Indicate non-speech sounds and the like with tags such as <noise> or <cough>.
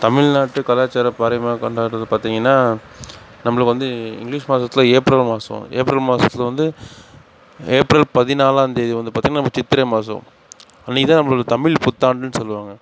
தமிழ்நாட்டு கலாச்சார <unintelligible> கொண்டாடுறது பார்த்திங்கனா நம்மளுக்கு வந்து இங்கிலீஷ் மாதத்துல ஏப்ரல் மாதம் ஏப்ரல் மாதத்துல வந்து ஏப்ரல் பதினாலாந்தேதி வந்து பார்த்திங்கனா நம்ம சித்திரை மாதம் அன்னிக்குதான் நம்மளோட தமிழ் புத்தாண்டுனு சொல்வாங்க